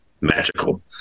magical